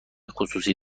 خصوصی